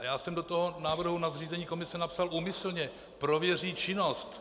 Já jsem do toho návrhu na zřízení komise napsal úmyslně: prověří činnost.